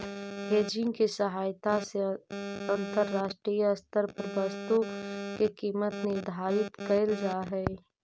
hedging के सहायता से अंतरराष्ट्रीय स्तर पर वस्तु के कीमत निर्धारित कैल जा हई